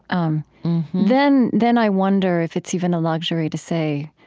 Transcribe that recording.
um then then i wonder if it's even a luxury to say